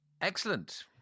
Excellent